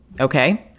okay